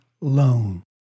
Loan